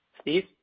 Steve